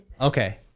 okay